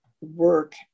work